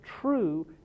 true